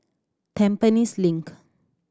Tampines Link